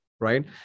right